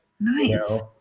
Nice